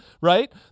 right